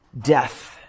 death